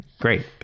great